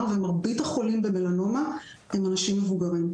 ומרבית החולים במלנומה הם אנשים מבוגרים,